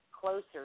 closer